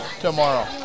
tomorrow